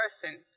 person